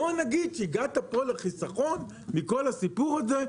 בוא נגיד שהגעת פה לחיסכון מכל הסיפור הזה,